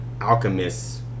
alchemists